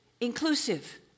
inclusive